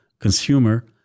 consumer